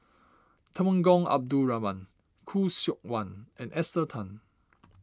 Temenggong Abdul Rahman Khoo Seok Wan and Esther Tan